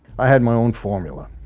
i had my own formula,